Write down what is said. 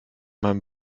mein